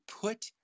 put